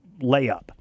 layup